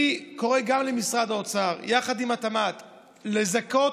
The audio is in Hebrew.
אני קורא למשרד האוצר יחד עם התמ"ת לזכות